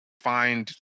find